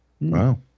Wow